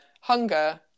hunger